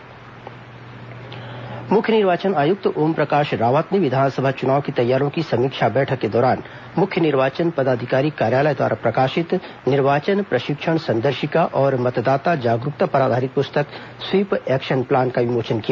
पुस्तक विमोचन छायाचित्र प्रदर्शनी मुख्य निर्वाचन आयुक्त ओमप्रकाश रावत ने विधानसभा चुनाव की तैयारियों की समीक्षा बैठक के दौरान मुख्य निर्वाचन पदाधिकारी कार्यालय द्वारा प्रकाशित निर्वाचन प्रशिक्षण संदर्शिका और मतदाता जागरूकता पर आधारित पुस्तक स्वीप एक्शन प्लान का विमोचन किया